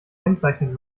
kennzeichnet